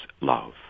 love